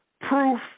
proof